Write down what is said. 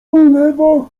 ulewa